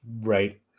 right